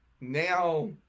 Now